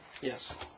Yes